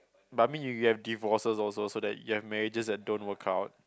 but mean you have have divorces also so that you have marriages that don't work out